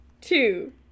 two